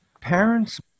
Parents